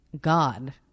God